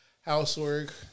housework